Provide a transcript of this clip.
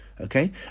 Okay